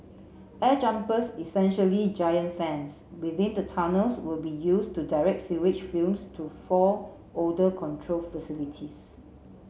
air jumpers essentially giant fans within the tunnels will be used to direct sewage fumes to four odour control facilities